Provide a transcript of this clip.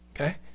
okay